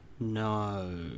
No